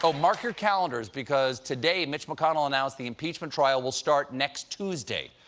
so mark your calendars, because today mitch mcconnell announced the impeachment trial will start next tuesday.